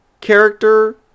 character